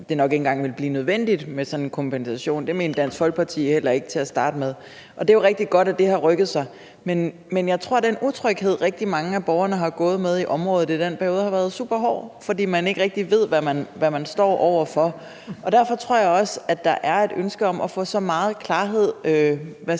ville blive nødvendigt med sådan en kompensation. Det mente Dansk Folkeparti heller ikke til at starte med, og det er jo rigtig godt, at det har rykket sig. Men jeg tror, at den utryghed, som rigtig mange af borgerne i området har gået med i den periode, har været superhård, fordi man ikke rigtig ved, hvad man står over for, og derfor tror jeg også, at der er et ønske om at få så meget klarhed